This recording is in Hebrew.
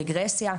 רגרסיה.